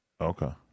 Okay